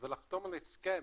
ולחתום על ההסכם